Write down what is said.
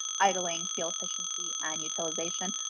idling, fuel efficiency and utilization.